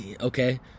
okay